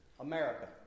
America